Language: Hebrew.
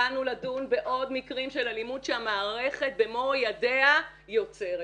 באנו לדון בעוד מקרים של אלימות שהמערכת במו ידיה יוצרת.